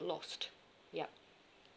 lost yup